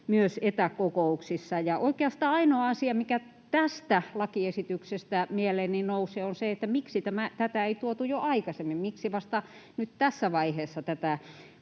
myös etäkokouksissa. Oikeastaan ainoa asia, mikä tästä lakiesityksestä mieleeni nousee, on se, miksi tätä ei tuotu jo aikaisemmin, miksi vasta nyt tässä vaiheessa tätä